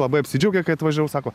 labai apsidžiaugė kai atvažiavau sako